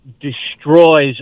destroys